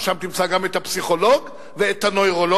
שם תמצא גם את הפסיכולוג ואת הנוירולוג,